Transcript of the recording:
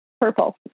purple